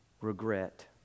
regret